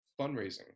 fundraising